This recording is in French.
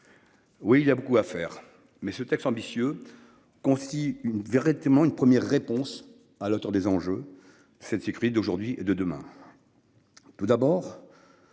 Oui il y a beaucoup à faire mais ce texte ambitieux. Con si une vérité tellement une première réponse à la hauteur des enjeux. Cette série d'aujourd'hui et de demain.